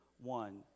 one